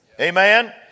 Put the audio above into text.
Amen